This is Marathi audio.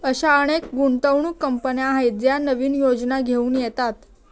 अशा अनेक गुंतवणूक कंपन्या आहेत ज्या नवीन योजना घेऊन येतात